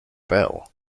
bell